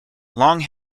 long